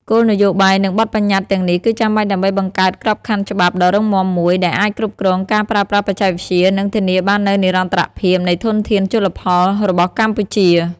គោលនយោបាយ និងបទប្បញ្ញត្តិទាំងនេះ គឺចាំបាច់ដើម្បីបង្កើតក្របខណ្ឌច្បាប់ដ៏រឹងមាំមួយ ដែលអាចគ្រប់គ្រងការប្រើប្រាស់បច្ចេកវិទ្យា និងធានាបាននូវនិរន្តរភាពនៃធនធានជលផលរបស់កម្ពុជា។